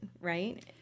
right